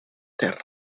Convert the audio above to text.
terra